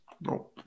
no